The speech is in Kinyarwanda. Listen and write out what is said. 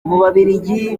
ababiligi